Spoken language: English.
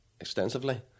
extensively